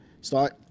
start